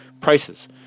prices